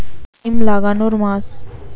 সিম লাগানোর মাস?